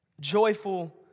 Joyful